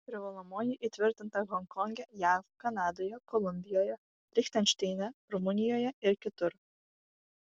privalomoji įtvirtinta honkonge jav kanadoje kolumbijoje lichtenšteine rumunijoje ir kitur